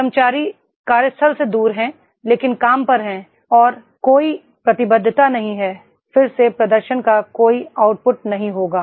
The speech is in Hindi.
कर्मचारी कार्यस्थल से दूर हैं लेकिन काम पर हैं और कोई प्रतिबद्धता नहीं है फिर से प्रदर्शन का कोई आउटपुट नहीं होगा